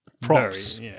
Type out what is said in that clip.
Props